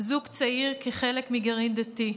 זוג צעיר כחלק מגרעין דתי.